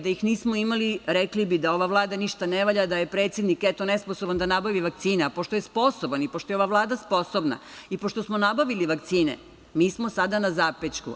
Da ih nismo imali rekli bi da ova Vlada ništa ne valja, da je predsednik, eto, nesposoban da nabavi vakcine, a pošto je sposoban i pošto je ova Vlada sposobna i pošto smo nabavili vakcine, mi smo sada na zapećku.